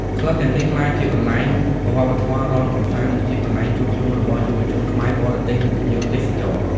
ក្លឹបទាំងនេះក្លាយជាកន្លែងវប្បធម៌រាំកម្សាន្ត និងជាកន្លែងជួបជុំរបស់យុវជនខ្មែរ បរទេស និងភ្ញៀវទេសចរ។